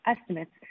estimates